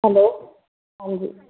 hello